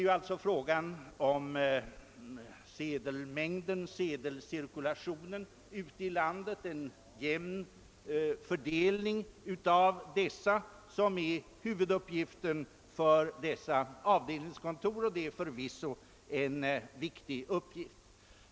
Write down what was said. Huvuduppgiften för avdelningskontoren är att upprätthålla en jämn cirkulation och fördelning av sedelmängden i vårt land, vilket förvisso är en viktig angelägenhet.